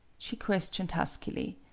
she questioned huskily.